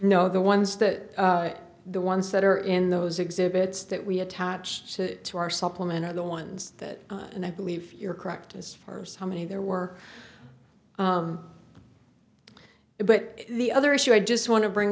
no the ones that are the ones that are in those exhibits that we attach to our supplement are the ones that i believe you're correct as far as how many there were but the other issue i just want to bring